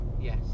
Yes